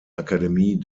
akademie